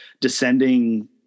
descending